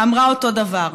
אמרה אותו דבר.